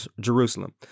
Jerusalem